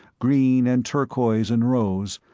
green and turquoise and rose,